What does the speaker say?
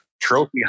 trophy